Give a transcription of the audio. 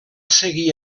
seguir